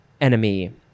enemy